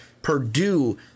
Purdue